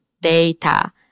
data